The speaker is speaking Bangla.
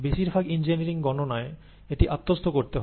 বেশিরভাগ ইঞ্জিনিয়ারিং গণনায় এটি আত্মস্থ করতে হয়